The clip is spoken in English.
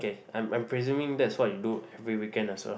kay I'm I'm presuming that's what you do every weekend also